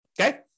okay